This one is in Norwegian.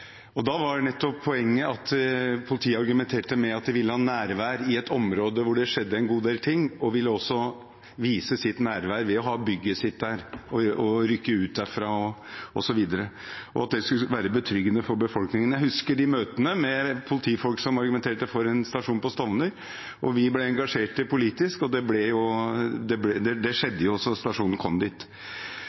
politiet argumenterte med, at de ville ha nærvær i et område hvor det skjedde en god del ting, og de ville også vise sitt nærvær ved å ha bygget sitt der, rykke ut derfra osv., og at det skulle være betryggende for befolkningen. Jeg husker møtene med politifolk som argumenterte for en stasjon på Stovner. Vi ble engasjerte politisk, og det skjedde – stasjonen kom dit. Nå etter politireformen er Manglerud politistasjon og Stovner politistasjon reelt sett slått sammen i Enhet øst. Det